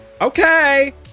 Okay